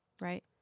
right